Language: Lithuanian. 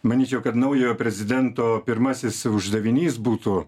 manyčiau kad naujojo prezidento pirmasis uždavinys būtų